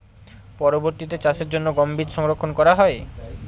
পরবর্তিতে চাষের জন্য গম বীজ সংরক্ষন করা হয়?